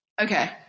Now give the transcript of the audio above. Okay